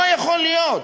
לא יכול להיות